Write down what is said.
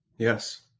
Yes